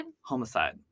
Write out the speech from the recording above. Homicide